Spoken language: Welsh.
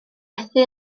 methu